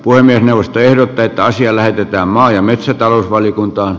puhemiesneuvosto ehdottaa että asia lähetetään maa ja metsätalousvaliokuntaan